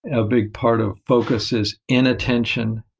a big part of focus is inattention.